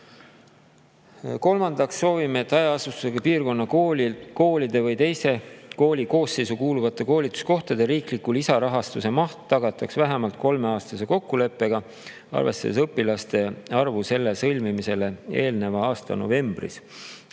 Kolmandaks soovime, et hajaasustusega piirkonna koolide või teise kooli koosseisu kuuluvate koolituskohtade riikliku lisarahastuse maht tagataks vähemalt kolmeaastase kokkuleppega, arvestades õpilaste arvu selle sõlmimisele eelneva aasta novembris.